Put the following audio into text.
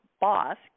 boss